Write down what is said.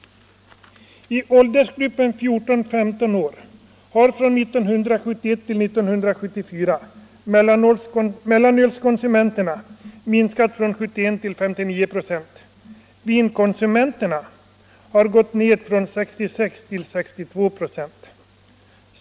I åldersgruppen 14—15 år har 1971-1974 mellanölskonsumenterna minskat från 71 till 59 96, vinkonsumenterna har gått ned från 66 till 62 96.